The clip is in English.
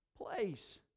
place